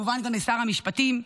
וכמובן גם לשר המשפטים.